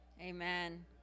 Amen